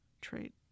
trait